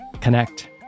connect